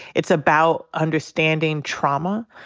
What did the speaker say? it's about understanding trauma.